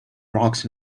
rocks